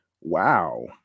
wow